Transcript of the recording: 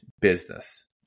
business